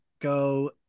go